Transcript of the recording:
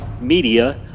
media